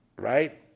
right